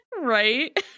right